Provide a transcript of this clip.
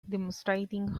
demonstrating